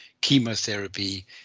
chemotherapy